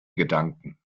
gedanken